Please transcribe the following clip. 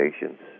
patients